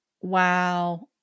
Wow